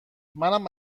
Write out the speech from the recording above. منم